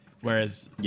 whereas